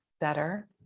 better